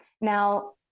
Now